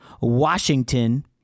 Washington